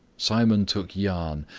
simon took yarn,